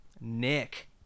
nick